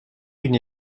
une